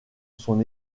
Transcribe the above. son